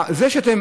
זה שאתם,